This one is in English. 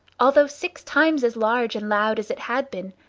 although six times as large and loud as it had been,